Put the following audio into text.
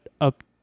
up